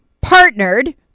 partnered